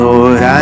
Lord